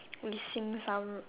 listening some